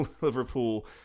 Liverpool